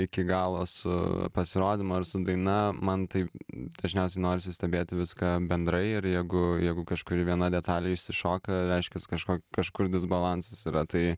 iki galo su pasirodymu ar su daina man tai dažniausiai norisi stebėti viską bendrai ir jeigu jeigu kažkuri viena detalė išsišoka reiškias kažko kažkur disbalansas yra tai